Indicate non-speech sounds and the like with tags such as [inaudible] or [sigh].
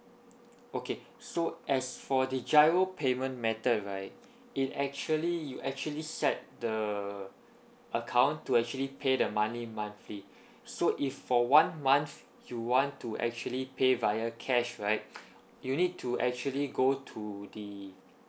okay so as for the GIRO payment method right it actually you actually set the account to actually pay the money monthly so if for one month you want to actually pay via cash right [breath] you need to actually go to the